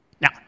Now